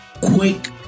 quick